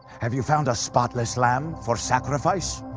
have you found a spotless lamb for sacrifice?